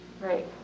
Right